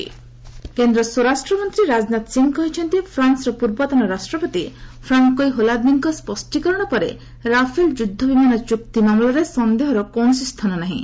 Rajnath council meet କେନ୍ଦ୍ର ସ୍ୱରାଷ୍ଟ୍ର ମନ୍ତ୍ରୀ ରାଜନାଥ ସିଂ କହିଛନ୍ତି ଫ୍ରାନ୍ସର ପୂର୍ବତନ ରାଷ୍ଟ୍ରପତି ପ୍ରାନ୍କୋଇ ହୋଲାନ୍ଦେଙ୍କ ସ୍ୱଷ୍ଟୀକରଣ ପରେ ରାଫେଲ୍ ଯୁଦ୍ଧ ବିମାନ ଚୁକ୍ତି ମାମଲାରେ ସନ୍ଦେହର କୌଣସି ସ୍ଥାନ ନାହିଁ